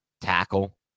tackle